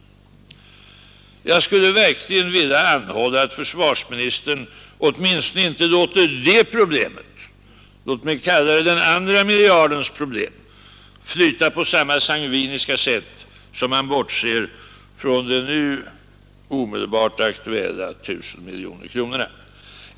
Jag skulle verkligen vilja anhålla att försvarsministern åtminstone inte låter det problemet — låt mig kalla det den andra miljardens problem — flyta på samma sangviniska sätt som det på vilket han bortser från de nu omedelbart aktuella 1 000 miljoner kronorna.